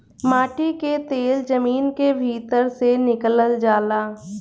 माटी के तेल जमीन के भीतर से निकलल जाला